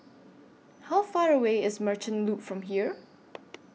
How Far away IS Merchant Loop from here